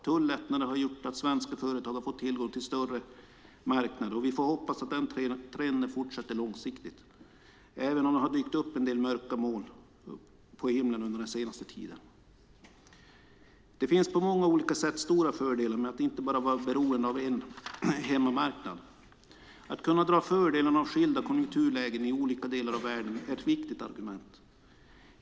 Tullättnader har gjort att svenska företag har fått tillgång till större marknader, och vi får hoppas att den trenden fortsätter långsiktigt, även om det har dykt upp en del mörka moln på himlen under den senaste tiden. Det finns på många olika sätt stora fördelar med att inte vara beroende av en hemmamarknad. Att kunna dra fördel av skilda konjunkturlägen i olika delar av världen är ett viktigt argument.